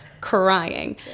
crying